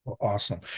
Awesome